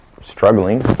struggling